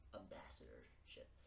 ambassadorship